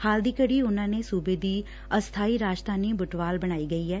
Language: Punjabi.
ਹਾਲ ਦੀ ਘਤੀ ਉਨੂਾਂ ਦੇ ਸੂਬੇ ਦੀ ਅਸਥਾਈ ਰਾਜਧਾਨੀ ਬੁਟਵਾਲ ਬਣਾਈ ਗਈ ਐ